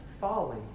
folly